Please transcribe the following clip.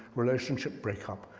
relationship breakup,